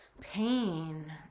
Pain